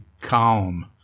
calm